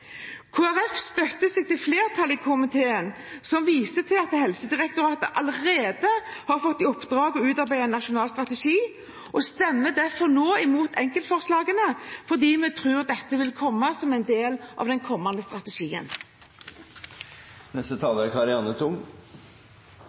støtter seg til flertallet i komiteen, som viser til at Helsedirektoratet allerede har fått i oppdrag å utarbeide en nasjonal strategi. Kristelig Folkeparti stemmer derfor nå imot enkeltforslagene fordi vi tror dette vil komme som en del av den kommende strategien. Persontilpasset medisin, eller presisjonsmedisin, er